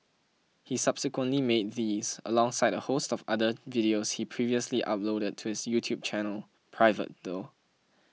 he subsequently made these alongside a host of other videos he previously uploaded to his YouTube channel private though